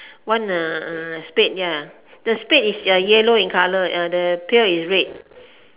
one uh uh spade ya the spade is yellow in colour uh the pail is red